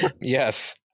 Yes